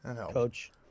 Coach